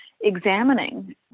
examining